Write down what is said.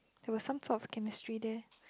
there was some sort of chemistry there